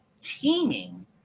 teaming